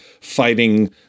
fighting